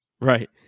Right